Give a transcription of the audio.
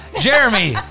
Jeremy